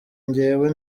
njyewe